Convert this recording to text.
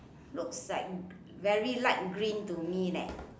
looks like very light green to me leh